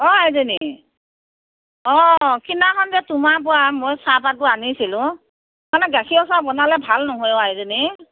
অঁ আইজনী অঁ সিদিনাখন যে তোমাৰপৰা মই চাহপাতটো আনিছিলোঁ মানে গাখীৰৰ চাহ বনালে ভাল নহয় অ' আইজনী